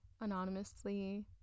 anonymously